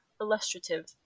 illustrative